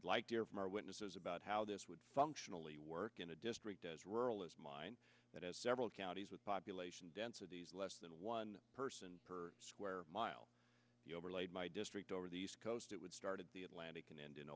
service from our witnesses about how this would functionally work in a district as rural as mine that is several counties with population densities less than one person per square mile overlaid my district over the east coast it would start at the atlantic and in